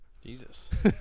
Jesus